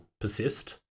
persist